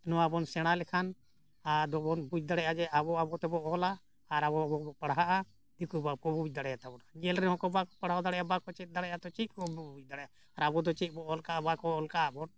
ᱱᱚᱣᱟᱵᱚᱱ ᱥᱮᱬᱟ ᱞᱮᱠᱷᱟᱱ ᱟᱫᱚᱵᱚᱱ ᱵᱩᱡᱽ ᱫᱟᱲᱮᱜᱼᱟ ᱡᱮ ᱟᱵᱚ ᱟᱵᱚ ᱛᱮᱵᱚᱱ ᱚᱞᱟ ᱟᱨ ᱟᱵᱚ ᱟᱵᱚ ᱜᱮᱵᱚᱱ ᱯᱟᱲᱦᱟᱜᱼᱟ ᱫᱤᱠᱩ ᱵᱟᱠᱚ ᱵᱩᱡᱽ ᱫᱟᱲᱮᱭᱟ ᱛᱟᱵᱚᱱᱟ ᱧᱮᱞ ᱨᱮᱦᱚᱸ ᱠᱚ ᱵᱟᱠᱚ ᱯᱟᱲᱦᱟᱣ ᱫᱟᱲᱮᱭᱟᱜᱼᱟ ᱵᱟᱠᱚ ᱪᱮᱫ ᱫᱟᱲᱮᱭᱟᱜᱼᱟ ᱛᱚ ᱪᱮᱫ ᱠᱚ ᱵᱩᱡᱽ ᱫᱟᱲᱮᱭᱟᱜᱼᱟ ᱟᱨ ᱟᱵᱚ ᱫᱚ ᱪᱮᱫ ᱵᱚ ᱚᱞ ᱠᱟᱜᱼᱟ ᱵᱟᱠᱚ ᱚᱞ ᱠᱟᱜᱼᱟ ᱵᱚᱱ